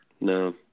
No